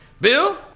Bill